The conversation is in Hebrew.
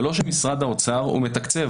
משרד האוצר מתקצב,